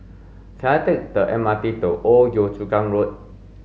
can I take the M R T to Old Yio Chu Kang Road